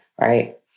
right